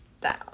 down